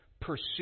pursue